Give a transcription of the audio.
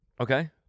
Okay